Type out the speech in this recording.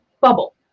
bubble